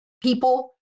people